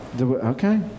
Okay